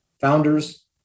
founders